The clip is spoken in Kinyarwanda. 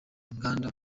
nganda